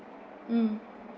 mm